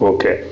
Okay